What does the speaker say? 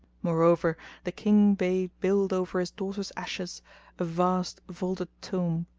moreover the king bade build over his daughter's ashes a vast vaulted tomb,